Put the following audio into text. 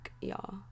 y'all